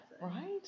Right